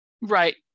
Right